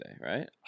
right